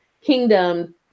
kingdom